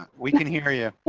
we can hear you.